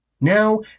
now